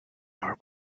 our